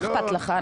מה אכפת לך?